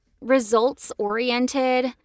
Results-oriented